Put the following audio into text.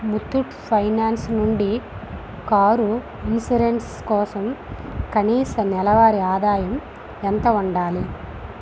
Muthoot finance నుండి car insurance కోసం కనీస నెలవారి ఆదాయం ఎంత ఉండాలి